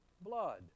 blood